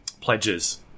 pledges